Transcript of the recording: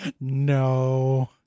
No